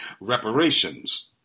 reparations